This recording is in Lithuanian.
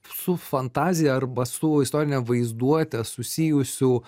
su fantazija arba su istorine vaizduote susijusių